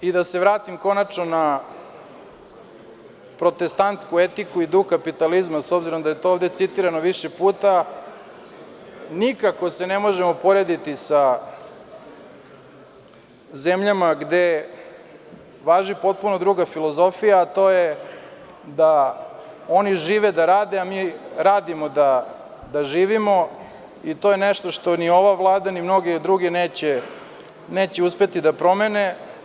I da se vratim konačno na protestantsku etiku, i duh kapitalizma, s obzirom da je to ovde citirano više puta, nikako se ne možemo porediti sa zemljama gde važi potpuno druga filozofija, a to je da oni žive da rade, a mi radimo da živimo i to je nešto što ni ova vlada ni mnogi drugi neće uspeti da promene.